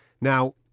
Now